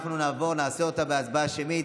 ואחר כך תבחרי הצבעה אחרת.